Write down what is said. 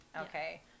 Okay